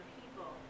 people